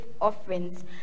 offerings